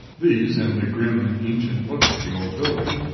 these, and the grim, ancient look of the old building,